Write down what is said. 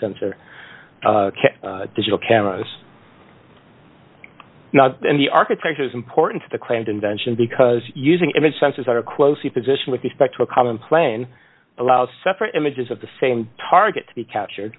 sensor digital cameras and the architecture is important to the claimed invention because using image sensors are closely position with respect to a common plane allows separate images of the same target to be captured